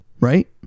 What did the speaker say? right